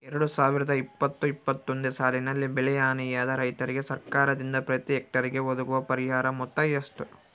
ಎರಡು ಸಾವಿರದ ಇಪ್ಪತ್ತು ಇಪ್ಪತ್ತೊಂದನೆ ಸಾಲಿನಲ್ಲಿ ಬೆಳೆ ಹಾನಿಯಾದ ರೈತರಿಗೆ ಸರ್ಕಾರದಿಂದ ಪ್ರತಿ ಹೆಕ್ಟರ್ ಗೆ ಒದಗುವ ಪರಿಹಾರ ಮೊತ್ತ ಎಷ್ಟು?